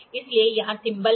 इसलिए यहां थिंबल है